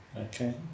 Okay